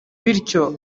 bityo